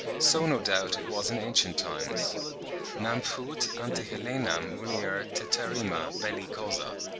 so no doubt it was in ancient times nam fuit ante helenam mulier teterrima belli causa.